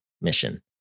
mission